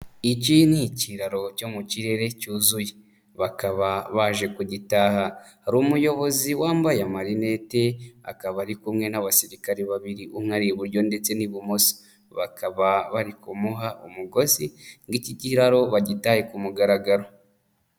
Iki ni ikiraro cyo mu kirere cyuzuye bakaba baje kugitaha, hari umuyobozi wambaye amarinete akaba ari kumwe n'abasirikare babiri umwe ari iburyo ndetse n'ibumoso, bakaba bari kumuha umugozi ngo iki kiraro bagitahe ku mugaragaro.